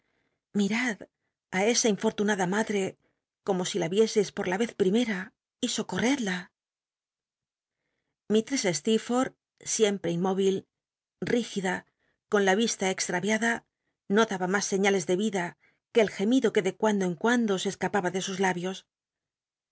mirad a esa infortunada machc eomo si la viese por la vez primera y socorred stccrforth siempre inmóvil rígida con a y isla exltaviada no daba mas señales de vida que el gemido que de cuando en cuando se escapaba de sus labios